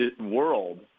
world